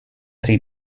three